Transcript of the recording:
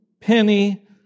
penny